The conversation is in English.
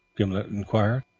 gimblet inquired.